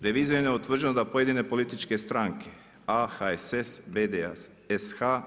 Revizijom je utvrđeno da pojedine političke stranke a) HSS, b)